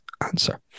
answer